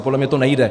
Podle mě to nejde.